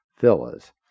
villas